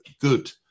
good